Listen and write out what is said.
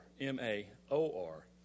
M-A-O-R